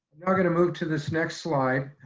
now we're gonna move to this next slide,